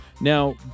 now